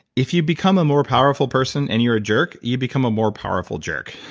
if you become a more powerful person and you're a jerk, you become a more powerful jerk.